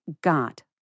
got